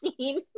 seen